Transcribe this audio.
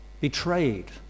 betrayed